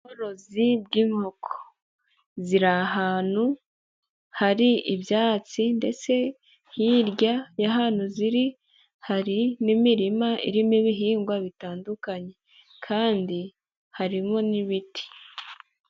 Ubworozi bw'inkoko ziri ahantu hari ibyatsi ndetse hirya y'ahantu ziri, hari n'imirima irimo ibihingwa bitandukanye kandi harimo n'ibiti.